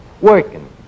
Working